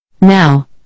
Now